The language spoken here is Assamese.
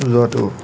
লোৱাটো